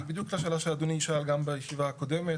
בדיוק השאלה שאדוני שאל גם בישיבה הקודמת.